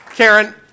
Karen